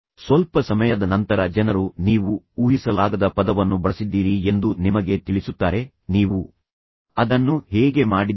ಸ್ವಲ್ಪ ಸಮಯದ ನಂತರ ಜನರು ನೀವು ಊಹಿಸಲಾಗದ ಪದವನ್ನು ಬಳಸಿದ್ದೀರಿ ಎಂದು ನಿಮಗೆ ತಿಳಿಸುತ್ತಾರೆ ನೀವು ಅದನ್ನು ಹೇಗೆ ಮಾಡಿದ್ದೀರಿ